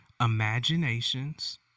imaginations